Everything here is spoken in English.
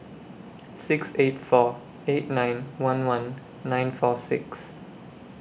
six eight four eight nine one one nine four six